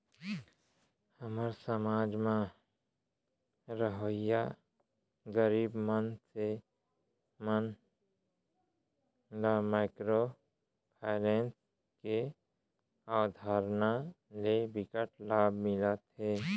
हमर समाज म रहवइया गरीब मनसे मन ल माइक्रो फाइनेंस के अवधारना ले बिकट लाभ मिलत हे